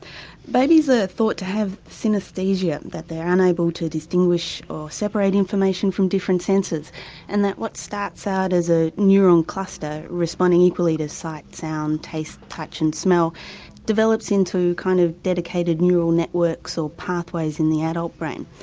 babies are thought to have synaesthesia, that they are unable to distinguish or separate information from different senses and that what starts out as a neuron cluster responding equally to sight, sound, taste, touch and smell develops into a kind of dedicated neural network or so pathways in the adult brain.